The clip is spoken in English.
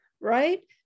right